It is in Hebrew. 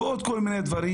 ועוד כל מיני דברים.